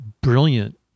brilliant